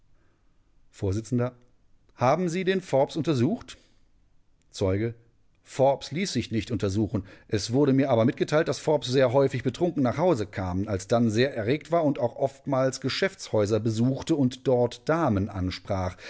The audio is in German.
vors haben sie den forbes untersucht zeuge forbes ließ sich nicht untersuchen es wurde mir aber mitgeteilt daß forbes sehr häufig betrunken nach hause kam alsdann sehr erregt war und auch oftmals geschäftshäuser besuchte und dort damen ansprach